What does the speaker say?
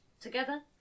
together